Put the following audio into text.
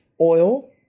oil